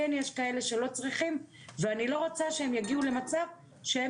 כן יש כאלה שלא צריכים ואני לא רוצה שהם יגיעו למצב שהם